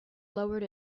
lowered